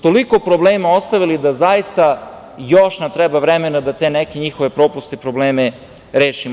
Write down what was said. Toliko su problema ostavili da nam još treba vremena da te neke njihove propuste, probleme rešimo.